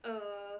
mm